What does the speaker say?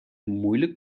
moeilijk